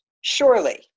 Surely